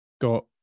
got